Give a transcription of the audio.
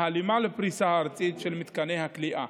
בהלימה עם הפריסה הארצית של מתקני הכליאה.